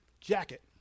jacket